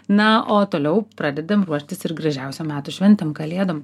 na o toliau pradedam ruoštis ir gražiausiom metų šventėm kalėdom